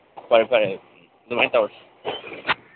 ꯐꯔꯦ ꯐꯔꯦ ꯑꯗꯨꯃꯥꯏꯅ ꯇꯧꯔꯁꯤ